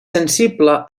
sensible